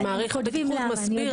מעריך בטיחות מסביר.